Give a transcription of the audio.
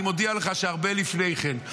אני מודיע לך שהרבה לפני כן.